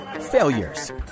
failures